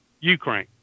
Ukraine